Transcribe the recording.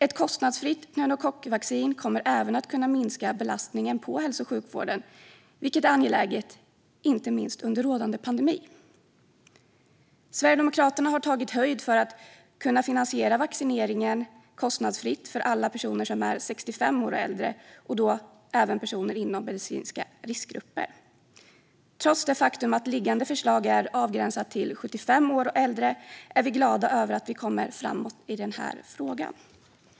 Ett kostnadsfritt pneumokockvaccin kommer även att kunna minska belastningen på hälso och sjukvården, vilket är angeläget inte minst under rådande pandemi. Sverigedemokraterna har tagit höjd för att kunna finansiera vaccineringen kostnadsfritt för alla personer som är 65 år och äldre, och då även personer i medicinska riskgrupper. Trots det faktum att liggande förslag är avgränsat till 75 år och äldre är vi glada över att vi kommer framåt i den här frågan.